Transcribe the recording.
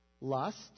lust